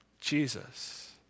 Jesus